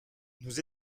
nous